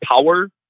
power